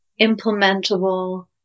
implementable